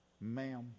Ma'am